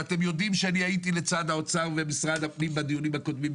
ואתם יודעים שאני הייתי לצד האוצר ומשרד הפנים בדיונים הקודמים,